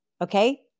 okay